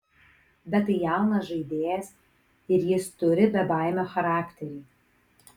bet tai jaunas žaidėjas ir jis turi bebaimio charakterį